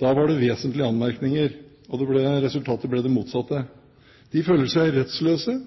Da var det vesentlige anmerkninger, og resultatet ble det motsatte. De føler seg rettsløse,